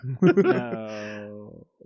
No